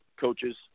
coaches